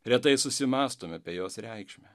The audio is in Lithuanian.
retai susimąstome apie jos reikšmę